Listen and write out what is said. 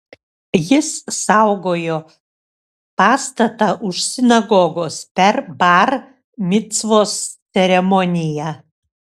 jis saugojo pastatą už sinagogos per bar micvos ceremoniją